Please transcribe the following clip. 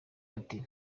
ati